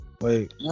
Wait